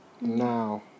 Now